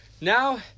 Now